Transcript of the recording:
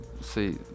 See